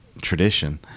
tradition